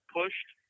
pushed